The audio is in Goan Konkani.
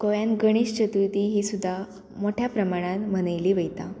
गोंयान गणेश चतुर्थी ही सुद्दां मोठ्या प्रमाणान मनयली वयता